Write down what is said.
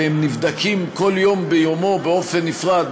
והם נבדקים כל יום ביומו באופן נפרד,